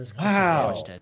Wow